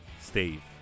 Steve